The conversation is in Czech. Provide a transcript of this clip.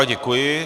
Děkuji.